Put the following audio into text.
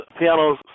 pianos